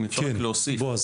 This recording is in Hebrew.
אם אפשר רק להוסיף,